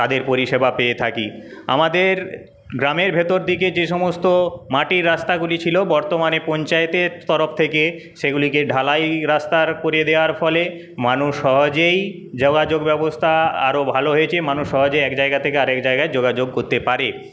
তাদের পরিষেবা পেয়ে থাকি আমাদের গ্রামের ভেতরদিকে যেসমস্ত মাটির রাস্তাগুলি ছিলো বর্তমানে পঞ্চায়েতের তরফ থেকে সেগুলিকে ঢালাই রাস্তার করে দেওয়ার ফলে মানুষ সহজেই যোগাযোগ ব্যবস্থা আরও ভালো হয়েছে মানুষ সহজে এক জায়গা থেকে আরেক জায়গায় যোগাযোগ করতে পারে